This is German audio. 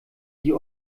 die